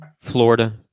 Florida